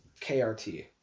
KRT